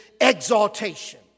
exaltation